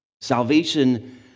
Salvation